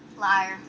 Liar